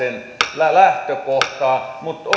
lapsen lähtökohtaa mutta